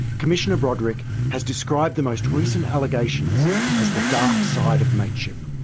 commissioner broderick has described the most recent allegations as the dark side of mateship.